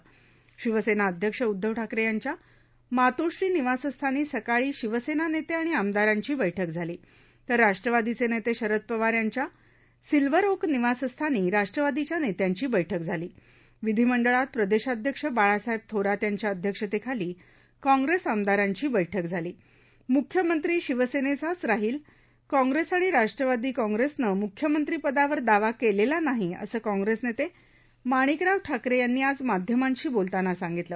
सकाळी शिवसेना अध्यक्ष उद्धव ठाकरे यांच्या मातोश्रा निवासस्थाना शिवसेना नेते आणि आमदारांचा बैठक झालातर राष्ट्रवादखिं नेते शरद पवार यांच्या सिल्व्हर ओक निवासस्थाना राष्ट्रवादछ्या नेत्यांचा केठक झाला विधिमंडळात प्रदेशाध्यक्ष बाळासाहेब थोरात यांच्या अध्यक्षतेखालाकेंप्रेस आमदारांचा केठक झाला मुख्यमंत्रा शिवसेनेचाच राहळि काँग्रेस आणि राष्ट्रवादाक्रॉंग्रेसनं मुख्यमंत्रपिदावर दावा केलेला नाहा असं काँग्रेस नेते माणिकराव ठाकरे यांना आज माध्यमांश बोलताना सांगितलं